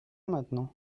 maintenant